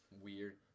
weird